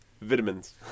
vitamins